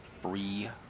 free